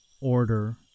Order